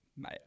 mate